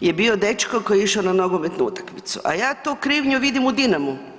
je bio dečko koji je išao na nogometnu utakmicu a ja tu krivnju vidim u Dinamu.